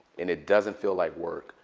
and it doesn't feel like work.